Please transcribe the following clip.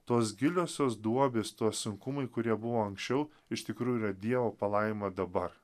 tos giliosios duobės tuo sunkumai kurie buvo anksčiau iš tikrųjų yra dievo palaima dabar